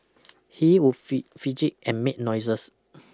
he would fee fidget and make noises